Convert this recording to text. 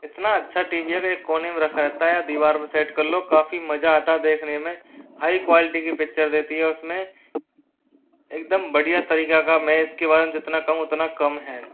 इतना अच्छा T V है कि एक कोने में रखा रहता है दीवार पे सेट कर लो काफ़ी मजा आता है देखने में हाई क्वालिटी की पिक्चर देती है उसमें एकदम बढ़िया तरीका का मैं इसके बारे में जितना कहूँ उतना कम है